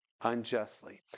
unjustly